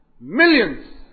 Millions